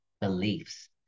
beliefs